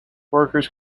workers